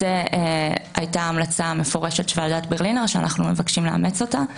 זו הייתה ההמלצה המפורשת של ועדת ברלינר שאנחנו מבקשים לאמץ אותה.